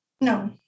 No